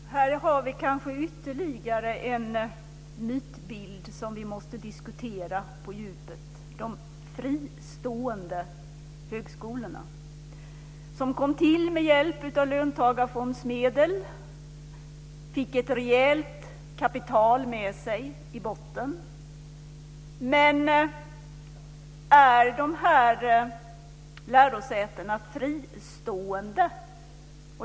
Herr talman! Här har vi kanske ytterligare en mytbild som vi måste diskutera på djupet - de fristående högskolorna. De kom till med hjälp av löntagarfondsmedel och fick ett rejält kapital med sig i botten. Men är dessa lärosäten fristående?